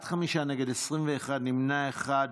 בעד, חמישה, נגד, 21, נמנע אחד.